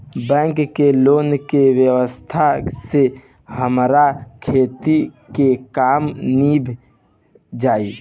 bank के loan के व्यवस्था से हमार खेती के काम नीभ जाई